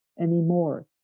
anymore